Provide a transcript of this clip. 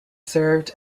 served